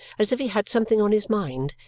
as if he had something on his mind,